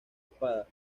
espada